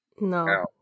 No